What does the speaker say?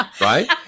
right